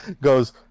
goes